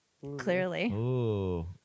Clearly